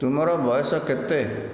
ତୁମର ବୟସ କେତେ